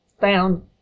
found